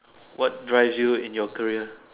what drives you in your career